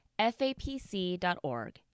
fapc.org